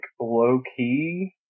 low-key